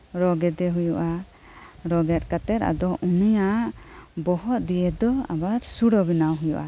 ᱨᱚ ᱜᱮᱫᱮ ᱦᱩᱭᱩᱜᱼᱟ ᱨᱚ ᱜᱮᱫ ᱠᱟᱛᱮᱜ ᱟᱫᱚ ᱩᱱᱤᱭᱟᱜᱟ ᱵᱚᱦᱚᱜ ᱫᱤᱭᱮᱫᱚ ᱟᱵᱟᱨ ᱥᱩᱲᱟᱹ ᱵᱮᱱᱟᱣ ᱦᱩᱭᱩᱜᱼᱟ